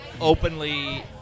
Openly